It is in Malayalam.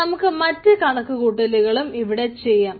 നമുക്ക് മറ്റു കണക്കുകൂട്ടലുകളും ഇവിടെ ചെയ്യാം